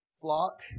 flock